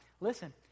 listen